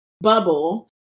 bubble